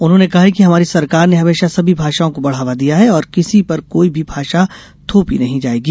उन्होंने कहा है कि हमारी सरकार ने हमेशा सभी भाषाओं को बढावा दिया है और किसी पर कोई भी भाषा थोपी नहीं जाएगी